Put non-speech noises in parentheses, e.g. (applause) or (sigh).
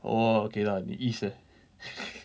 oh !wah! okay lah 你 east leh (laughs)